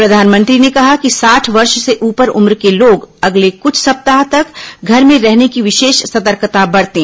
प्रधानमंत्री ने कहा कि साठ वर्ष से ऊपर उम्र के लोग अगले कुछ सप्ताह तक घर में रहने की विशेष सतर्कता बरतें